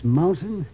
mountain